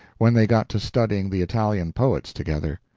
when they got to studying the italian poets together.